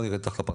לא נרד לפרטים,